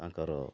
ତାଙ୍କର